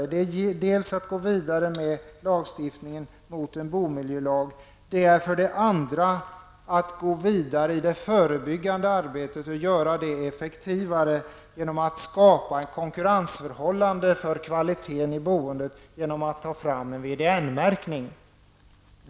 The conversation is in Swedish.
För det första gäller det att gå vidare med lagstiftningen mot en bomiljölag. För det andra vill vi gå vidare med det förebyggande arbetet och göra det effektivare genom att man skapar ett konkurrensförhållande i fråga om kvaliteten i boendet. Detta kan göras genom en VDN märkning.